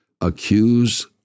accuse